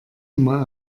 immer